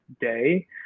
day